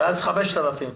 ואז הקנס הוא 5,000 שקל.